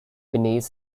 beneath